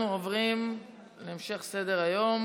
אנחנו עוברים להמשך סדר-היום,